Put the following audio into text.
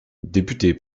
député